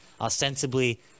ostensibly